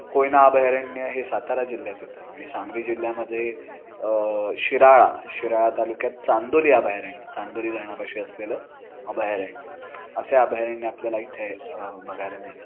कोयना अभयारण्य हे सातारा जिल्ह्यात येतं आणि सांगरी जिल्ह्यामध्ये शिराळा शिराळा तालुक्यात चांदोली अभयारण्य चांदोली धरणापाशी असलेलं अभयारण्य असे अभयारण्य आपल्याला इथे बघायला मिळतात